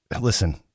listen